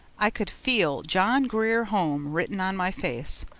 i could feel john grier home written on my face.